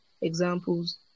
examples